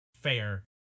fair